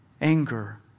Anger